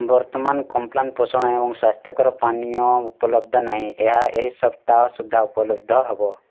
ବର୍ତ୍ତମାନ କମ୍ପ୍ଲାନ୍ ପୋଷଣ ଏବଂ ସ୍ଵାସ୍ଥ୍ୟକର ପାନୀୟ ଉପଲବ୍ଧ ନାହିଁ ଏହା ଏହି ସପ୍ତାହ ସୁଦ୍ଧା ଉପଲବ୍ଧ ହବ